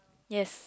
yes